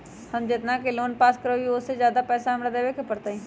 हम जितना के लोन पास कर बाबई ओ से ज्यादा पैसा हमरा देवे के पड़तई?